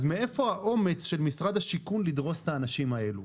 אז מאיפה האומץ של משרד השיכון לדרוס את האנשים האלו,